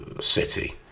City